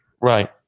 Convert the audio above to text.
right